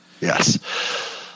Yes